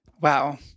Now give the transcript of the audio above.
Wow